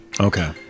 Okay